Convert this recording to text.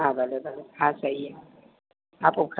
हा भले भले हा सही आ हा पोइ